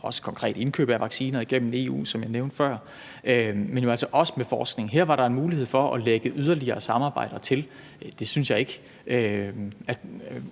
også konkrete indkøb af vacciner gennem EU, som jeg nævnte før, men jo altså også forskning. Her var der en mulighed for at lægge yderligere samarbejder til. Hvorfor skulle